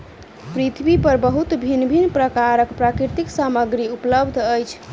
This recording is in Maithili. पृथ्वी पर बहुत भिन्न भिन्न प्रकारक प्राकृतिक सामग्री उपलब्ध अछि